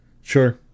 sure